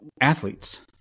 athletes